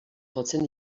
jotzen